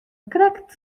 krekt